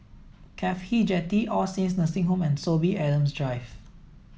CAFHI Jetty All Saints Nursing Home and Sorby Adams Drive